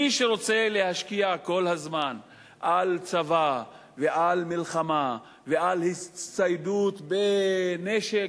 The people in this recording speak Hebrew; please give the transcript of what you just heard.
מי שרוצה להשקיע כל הזמן בצבא ובמלחמה ובהצטיידות בנשק